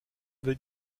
veut